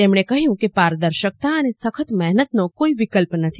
તેમણે કહ્યું કે પારદર્શકતા અને સખત મહેનતનો કોઈ વિકલ્પ નથી